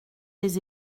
les